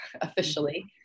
officially